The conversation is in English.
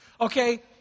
okay